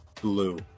blue